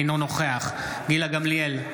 אינו נוכח גילה גמליאל,